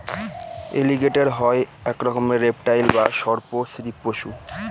এলিগেটের হয় এক রকমের রেপ্টাইল বা সর্প শ্রীপ পশু